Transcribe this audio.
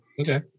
okay